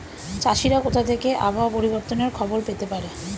চাষিরা কোথা থেকে আবহাওয়া পরিবর্তনের খবর পেতে পারে?